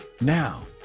Now